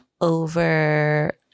over